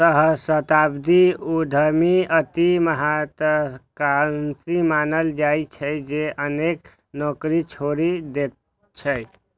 सहस्राब्दी उद्यमी अति महात्वाकांक्षी मानल जाइ छै, जे अनेक नौकरी छोड़ि दैत छै